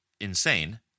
insane